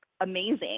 amazing